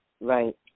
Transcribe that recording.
Right